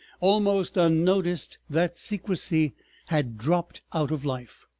almost unnoticed, that secrecy had dropped out of life.